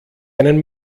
einen